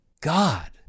God